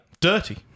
Dirty